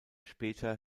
später